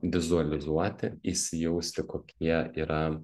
vizualizuoti įsijausti kokie yra